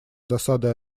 досадой